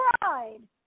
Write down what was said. pride